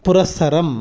पुरस्सरम्